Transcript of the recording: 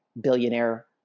billionaire